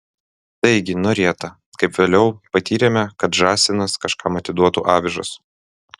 taigi norėta kaip vėliau patyrėme kad žąsinas kažkam atiduotų avižas